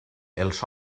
els